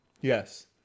Yes